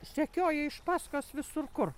sekioja iš paskos visur kur